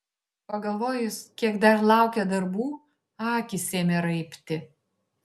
pagalvojus kiek dar laukia darbų akys ėmė raibti